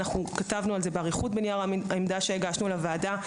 כתבנו על זה באריכות בנייר העמדה שהוגש לוועדה.